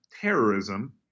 terrorism